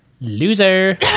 Loser